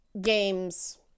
games